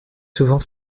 souvent